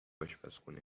آشپزخونه